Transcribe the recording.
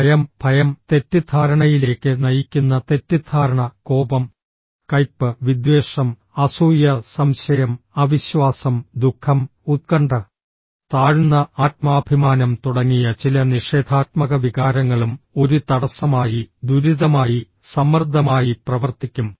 ഭയം ഭയം തെറ്റിദ്ധാരണയിലേക്ക് നയിക്കുന്ന തെറ്റിദ്ധാരണ കോപം കയ്പ്പ് വിദ്വേഷം അസൂയ സംശയം അവിശ്വാസം ദുഃഖം ഉത്കണ്ഠ താഴ്ന്ന ആത്മാഭിമാനം തുടങ്ങിയ ചില നിഷേധാത്മക വികാരങ്ങളും ഒരു തടസ്സമായി ദുരിതമായി സമ്മർദ്ദമായി പ്രവർത്തിക്കും